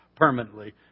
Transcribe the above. permanently